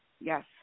Yes